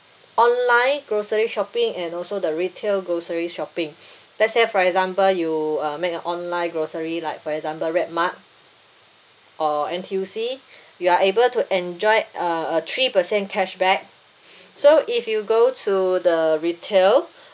online grocery shopping and also the retail grocery shopping let's say for example you uh make a online grocery like for example RedMart or N_T_U_C you are able to enjoy a a three per cent cashback so if you go to the retail